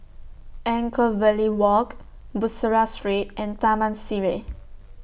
Anchorvale Walk Bussorah Street and Taman Sireh